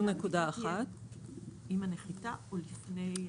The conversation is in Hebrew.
לממשלה יש גם אפשרות להתקין תקנות שיחייבו בדיקה עם הנחיתה בישראל.